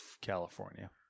California